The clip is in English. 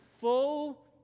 full